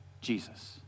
Jesus